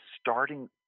starting